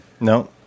No